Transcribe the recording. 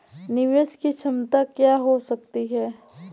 निवेश की क्षमता क्या हो सकती है?